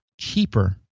cheaper